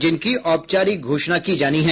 जिनकी औपचारिक घोषाणा की जानी है